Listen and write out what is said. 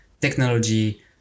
technology